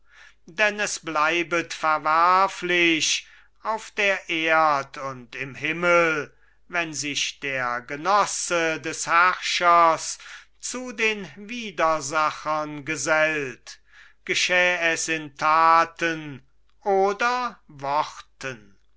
denn es bleibet verwerflich auf der erd und im himmel wenn sich der genosse des herrschers zu den widersachern gesellt geschäh es in taten oder worten